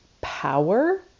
power